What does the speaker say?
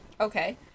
Okay